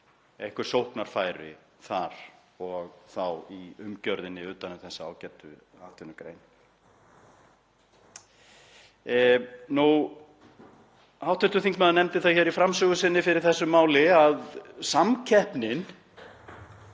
einhver sóknarfæri þar og þá í umgjörðinni utan um þessa ágætu atvinnugrein. Hv. þingmaður nefndi það hér í framsögu sinni fyrir þessu máli að samkeppnin